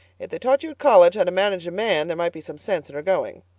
if they taught you at college how to manage a man there might be some sense in her going.